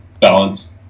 balance